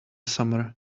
summer